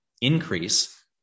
increase